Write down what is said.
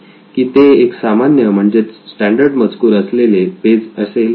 की ते एक सामान्य म्हणजेच स्टॅंडर्ड मजकूर असलेले पेज असेल